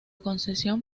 concesión